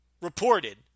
reported